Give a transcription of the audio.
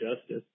justice